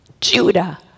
Judah